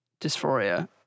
dysphoria